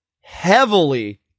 heavily